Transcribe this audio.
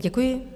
Děkuji.